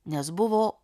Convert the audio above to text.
nes buvo